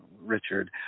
Richard